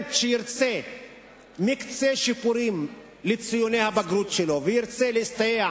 סטודנט שירצה מקצה שיפורים לציוני הבגרות שלו וירצה להסתייע